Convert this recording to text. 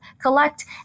collect